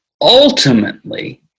ultimately